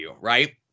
right